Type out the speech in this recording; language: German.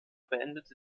beendete